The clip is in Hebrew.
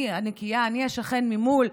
אני השכן ממול,